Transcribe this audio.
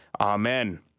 Amen